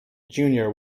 junior